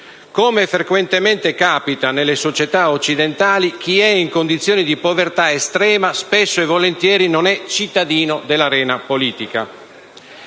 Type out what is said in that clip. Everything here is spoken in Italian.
«Come frequentemente capita nelle società occidentali, chi è in condizioni di povertà estrema spesso e volentieri non è cittadino dell'arena politica».